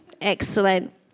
Excellent